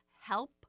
help